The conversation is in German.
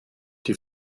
die